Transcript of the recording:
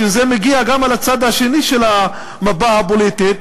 כשזה מגיע גם אל הצד השני של המפה הפוליטית,